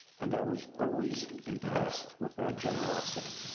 and i was always impressed with their generosity.